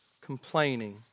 complaining